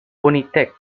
united